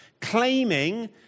claiming